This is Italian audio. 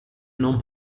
non